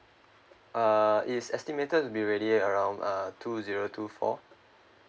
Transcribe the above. uh is estimated to be ready around uh two zero two four